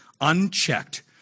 Unchecked